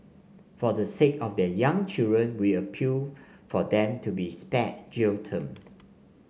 for the sake of their young children we appeal for them to be spared jail terms